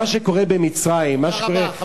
מה שקורה במצרים, תודה רבה.